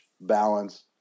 balance